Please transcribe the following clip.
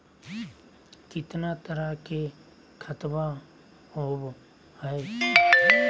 कितना तरह के खातवा होव हई?